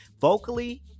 vocally